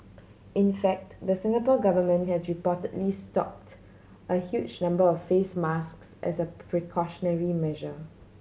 in fact the Singapore Government has reportedly stocked a huge number of face masks as a precautionary measure